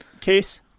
case